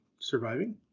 surviving